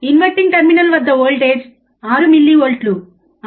inverting terminal వద్ద voltage 6 మిల్లీవోల్ట్లు 6